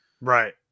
right